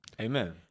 Amen